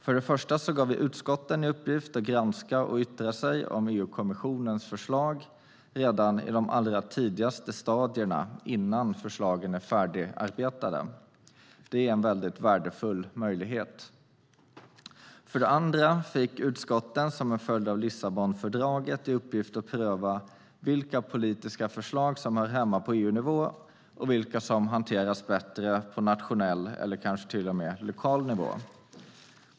För det första gav vi utskotten i uppgift att granska och yttra sig om EU-kommissionens förslag redan i de allra tidigaste stadierna innan förslagen är färdigarbetade. Det är en värdefull möjlighet. För det andra fick utskotten som en följd av Lissabonfördraget i uppgift att pröva vilka politiska förslag som hör hemma på EU-nivå och vilka som hanteras bättre på nationell eller kanske till och med lokal nivå.